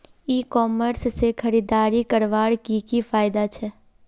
ई commerce से खरीदारी करवार की की फायदा छे?